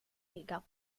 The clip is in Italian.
lega